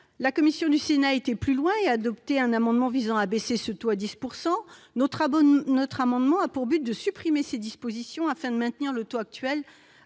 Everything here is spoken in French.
La commission spéciale du Sénat est allée plus loin, en adoptant un amendement visant à abaisser ce taux à 10 %. Notre amendement a pour objet de supprimer ces dispositions, afin de maintenir le taux actuel